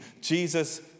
Jesus